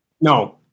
no